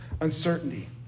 uncertainty